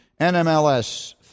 NMLS